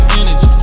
energy